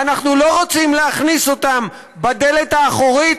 ואנחנו לא רוצים להכניס אותן בדלת האחורית